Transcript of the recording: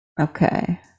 okay